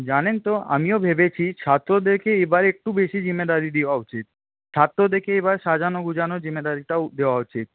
জানেন তো আমিও ভেবেছি ছাত্রদেরকে এবার একটু বেশি জিম্মেদারি দেওয়া উচিৎ ছাত্রদেরকে এবার সাজানো গুজানো জিম্মেদারিটাও দেওয়া উচিৎ